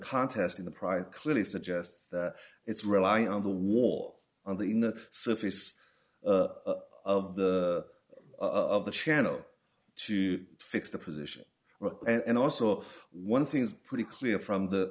contest in the prize clearly suggests that it's rely on the war on the in the surface of the of the channel to fix the position and also one thing is pretty clear from the